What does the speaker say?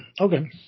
Okay